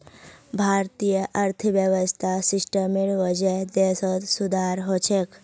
भारतीय अर्थव्यवस्था सिस्टमेर वजह देशत सुधार ह छेक